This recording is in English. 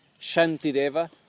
Shantideva